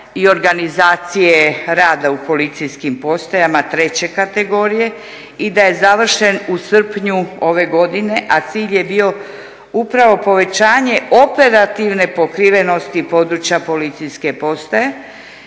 i organizacije rada u policijskim postajama treće kategorije i da je završen u srpnju ove godine a cilj je bio upravo povećanje operativne pokrivenosti područja policijske postaje